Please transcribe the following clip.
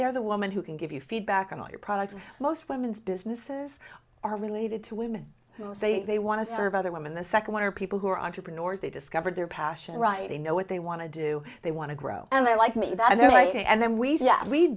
there the woman who can give you feedback on all your products most women's businesses are related to women who say they want to serve other women the second one are people who are entrepreneurs they discovered their passion writing know what they want to do they want to grow up they like me that the